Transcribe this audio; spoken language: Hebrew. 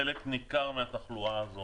חלק ניכר מהתחלואה הזו,